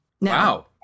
Wow